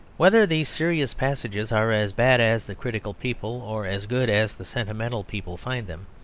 whether these serious passages are as bad as the critical people or as good as the sentimental people find them,